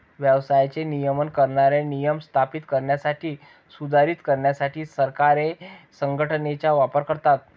व्यवसायाचे नियमन करणारे नियम स्थापित करण्यासाठी, सुधारित करण्यासाठी सरकारे संघटनेचा वापर करतात